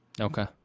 Okay